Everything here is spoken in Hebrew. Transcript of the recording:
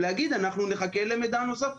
להגיד: אנחנו נחכה למידע נוסף.